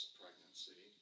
pregnancy